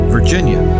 Virginia